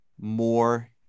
more